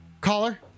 Caller